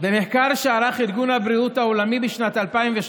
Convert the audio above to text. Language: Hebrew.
במחקר שערך ארגון הבריאות העולמי בשנת 2013